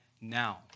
now